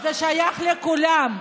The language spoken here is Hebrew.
זה שייך לכולם.